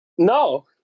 No